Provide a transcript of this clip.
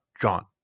John